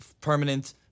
permanent